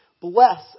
bless